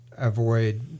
avoid